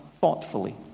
thoughtfully